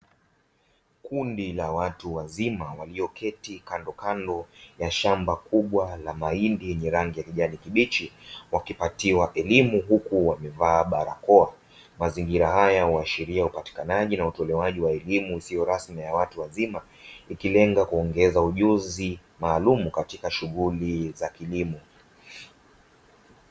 Kundi la watu wazima walioketi kandokando ya shamba kubwa la mahindi yenye rangi ya kijani kibichi, wakipatiwa elimu huku wamevaa barakoa. Mazingira haya huashiria upatikanaji na utolewaji wa elimu isiyo rasmi ya watu wazima, ikilenga kuongeza ujuzi maalumu katika shughuli za kilimo.